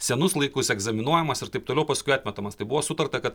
senus laikus egzaminuojamas ir taip toliau paskui atmetamas tai buvo sutarta kad